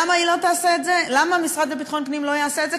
למה המשרד לביטחון הפנים לא יעשה את זה?